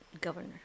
Governor